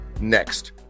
next